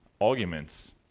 arguments